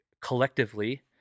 collectively